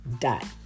dot